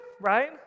right